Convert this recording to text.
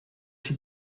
she